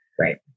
Right